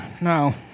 No